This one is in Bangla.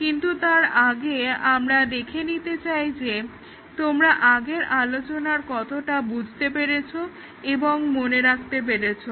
কিন্তু তার আগে আমরা দেখে নিতে চাই যে তোমরা আগের আলোচনার কতটা বুঝতে পেরেছো এবং মনে রাখতে পেরেছো